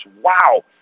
Wow